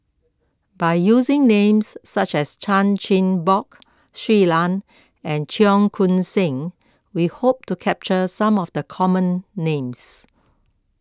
by using names such as Chan Chin Bock Shui Lan and Cheong Koon Seng we hope to capture some of the common names